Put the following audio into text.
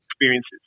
experiences